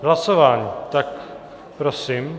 K hlasování, tak prosím.